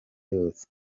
yose